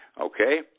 okay